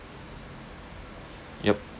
yup